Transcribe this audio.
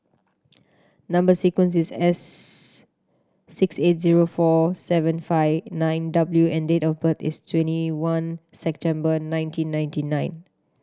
number sequence is S six eight zero four seven five nine W and date of birth is twenty one September nineteen ninety nine